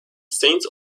saint